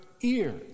ear